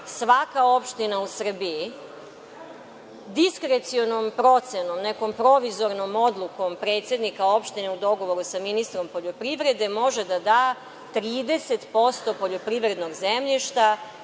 svaka opština u Srbiji diskrecionom procenom, nekom provizornom odlukom predsednika opštine u dogovoru sa ministrom poljoprivrede, može da da 30% poljoprivrednog zemljišta